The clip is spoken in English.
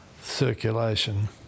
circulation